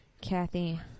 Kathy